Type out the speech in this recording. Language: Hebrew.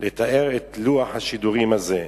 לתאר את לוח השידורים הזה.